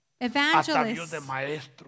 evangelists